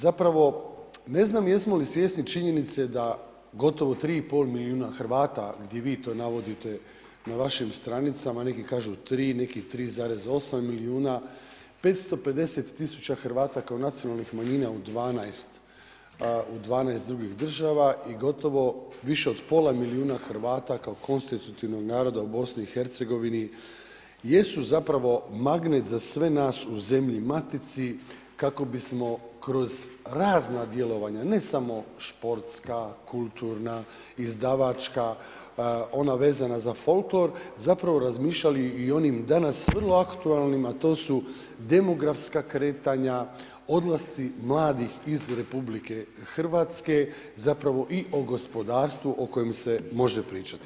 Zapravo ne znam jesmo li svjesni činjenice da gotovo 3,5 milijuna Hrvata gdje vi to navodite na vašim stranicama, neki kažu 3 neki 3,8 milijuna 550.000 Hrvata kao nacionalnih manjina u 12 drugih država i gotovo više od pola milijuna Hrvata kao konstitutivnog naroda u BiH jesu magnet za sve nas u zemlji matici kako bismo kroz razna djelovanja, ne samo sportska, kulturna, izdavačka, ona vezana za folklor zapravo razmišljali i o onim danas vrlo aktualnim, a to su demografska kretanja, odlasci mladih iz RH i gospodarstvu o kojem se može pričati.